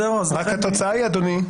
רק התוצאה היא אדוני,